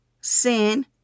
sin